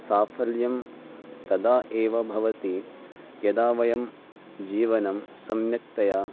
साफल्यं तदा एव भवति यदा वयं जीवनं सम्यक्तया